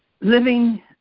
living